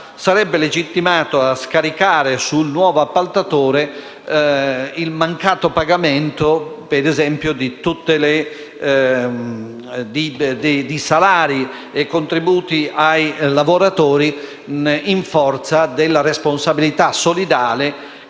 sarebbe legittimato a scaricare sul nuovo appaltatore il mancato pagamento di tutti i salari e contributi ai lavoratori in forza della responsabilità solidale